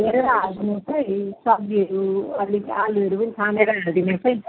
हेरेर हालिदिनुहोसै सब्जीहरू अलिक आलुहरू पनि छानेर हालिदिनुहोसै